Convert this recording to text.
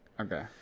Okay